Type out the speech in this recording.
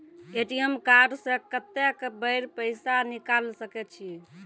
ATM card से कत्तेक बेर पैसा निकाल सके छी?